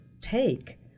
take